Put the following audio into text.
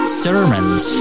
sermons